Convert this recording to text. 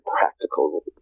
practical